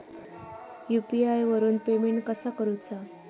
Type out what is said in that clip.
UPI वरून payment कसा करूचा?